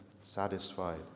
satisfied